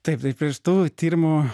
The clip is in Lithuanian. taip tai prie šitų tyrimų